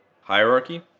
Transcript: Hierarchy